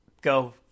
go